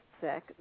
sick